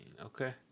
Okay